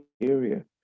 area